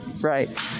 Right